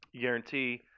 guarantee